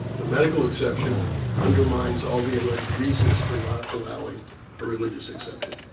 the medical exception undermines all the alleged reasons for not allowing a religious exception.